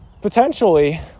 potentially